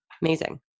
Amazing